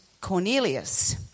Cornelius